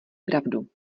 pravdu